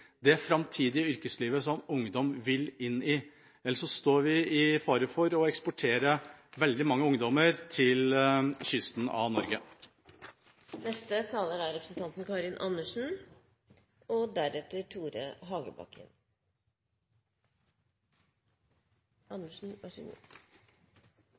det framtidige yrkeslivet som ungdom vil inn i. Ellers står vi i fare for å eksportere veldig mange ungdommer til kysten av Norge. Jeg vil takke for en viktig debatt, og